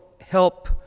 help